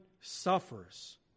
suffers